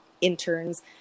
interns